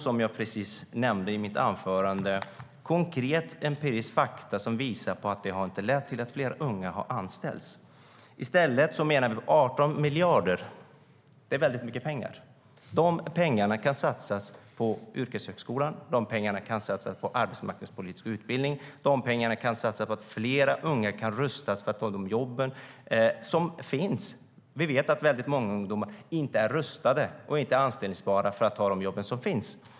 Som jag precis nämnde i mitt anförande visar konkreta, empiriska fakta på att det inte har lett till att fler unga har anställts. Vi vet att väldigt många ungdomar inte är anställbara eller rustade för att ta de jobb som finns.